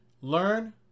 learn